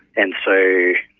and so,